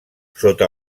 sota